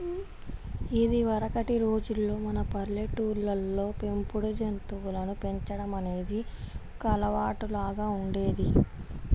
ఇదివరకటి రోజుల్లో మన పల్లెటూళ్ళల్లో పెంపుడు జంతువులను పెంచడం అనేది ఒక అలవాటులాగా ఉండేది